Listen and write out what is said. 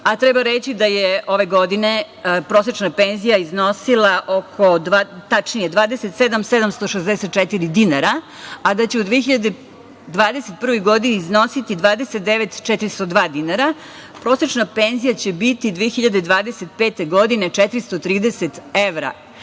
Treba reći i da je ove godine prosečna penzija iznosila 27.764 dinara, a da će u 2021. godini iznositi 29.402 dinara. Prosečna penzija će biti 2025. godine 430 evra.